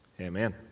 Amen